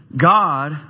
God